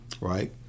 Right